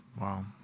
Wow